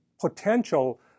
potential